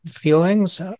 Feelings